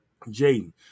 Jaden